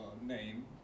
name